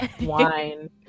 wine